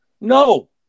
No